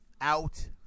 out